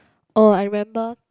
oh I remember